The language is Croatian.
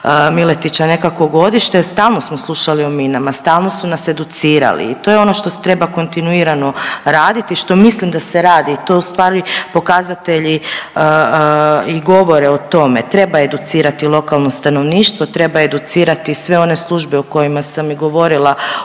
Miletića, nekako godište, stalno smo slušali o minama, stalno su nas educirali i to je ono što se treba kontinuirano raditi i što mislim da se radi, to ustvari pokazatelji i govore o tome. Treba educirati lokalno stanovništvo, treba educirati sve one službe o kojima sam govorila o